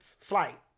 slight